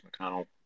McConnell